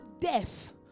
death